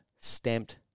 stamped